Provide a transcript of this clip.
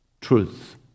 truth